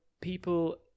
people